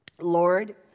Lord